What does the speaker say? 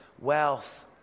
wealth